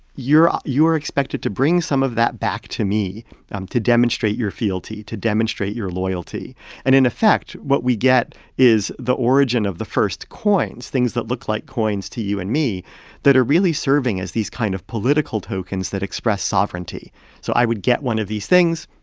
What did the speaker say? you're ah expected to bring some of that back to me um to demonstrate your fealty, to demonstrate your loyalty and in effect, what we get is the origin of the first coins, things that look like coins to you and me that are really serving as these kind of political tokens that express sovereignty. so i would get one of these things,